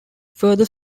further